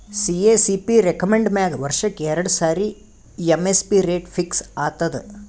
CACP recommend ಮ್ಯಾಗ್ ವರ್ಷಕ್ಕ್ ಎರಡು ಸಾರಿ ಎಮ್.ಎಸ್.ಪಿ ರೇಟ್ ಫಿಕ್ಸ್ ಆತದ್